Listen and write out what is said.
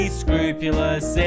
scrupulous